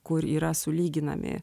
kur yra sulyginami